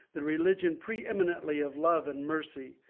the religion pre-eminently of love and mercy,